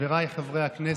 חבריי חברי הכנסת,